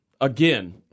Again